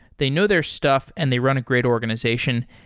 they know their stuff and they run a great organization.